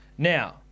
Now